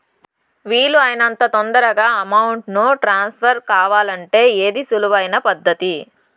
వీలు అయినంత తొందరగా అమౌంట్ ను ట్రాన్స్ఫర్ కావాలంటే ఏది సులువు అయిన పద్దతి